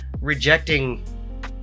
rejecting